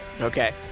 Okay